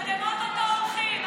אתם או-טו-טו הולכים.